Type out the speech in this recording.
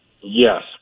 yes